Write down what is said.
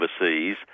overseas